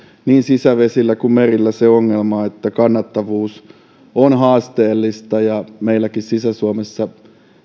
niin sisävesillä kuin merillä se ongelma että kannattavuus on haasteellista ja meilläkin sisä suomessa